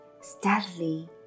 Steadily